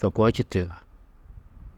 to koo či tuyuha.